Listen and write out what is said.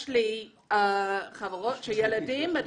יש לי חברות שהילדים שלהם